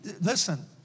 listen